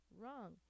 wrong